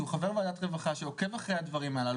שהוא חבר בוועדת הרווחה שעוקב אחרי הדברים הללו,